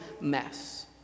mess